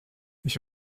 ich